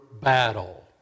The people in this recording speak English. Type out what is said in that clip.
battle